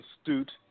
astute